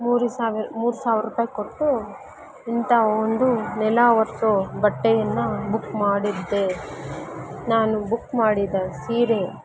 ಮೂರು ಸಾವಿರ ಮೂರು ಸಾವಿರ ರೂಪಾಯ್ ಕೊಟ್ಟು ಇಂಥಾ ಒಂದು ನೆಲ ಒರೆಸೋ ಬಟ್ಟೆಯನ್ನು ಬುಕ್ ಮಾಡಿದ್ದೆ ನಾನು ಬುಕ್ ಮಾಡಿದ ಸೀರೆ